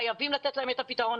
חייבים לתת להם את הפתרון.